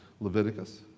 Leviticus